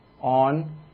on